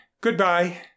goodbye